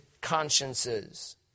consciences